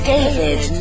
David